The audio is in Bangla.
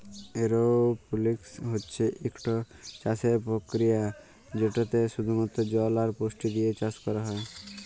এরওপলিক্স হছে ইকট চাষের পরকিরিয়া যেটতে শুধুমাত্র জল আর পুষ্টি দিঁয়ে চাষ ক্যরা হ্যয়